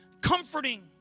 comforting